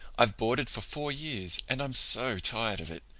i've boarded for four years and i'm so tired of it.